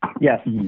Yes